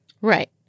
Right